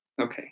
Okay